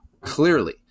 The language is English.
clearly